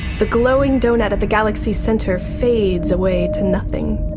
the glowing doughnut at the galaxy's centre fades away to nothing.